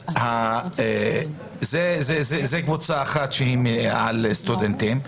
זאת קבוצה אחת של סטודנטים.